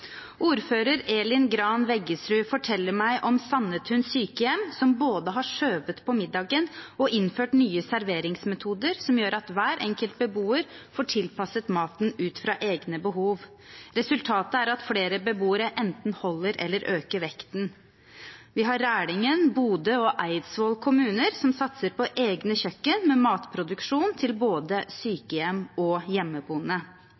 Ordfører Elin Gran Weggesrud forteller meg om Sandetun sykehjem, som både har skjøvet på middagen og innført nye serveringsmetoder, som gjør at hver enkelt beboer får tilpasset maten ut fra egne behov. Resultatet er at flere beboere enten holder eller øker vekten. Vi har Rælingen, Bodø og Eidsvoll kommuner, som satser på egne kjøkken med matproduksjon til både sykehjem og hjemmeboende.